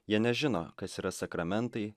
jie nežino kas yra sakramentai